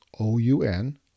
OUN